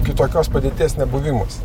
kitokios patirties nebuvimas